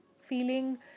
feeling